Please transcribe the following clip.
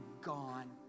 gone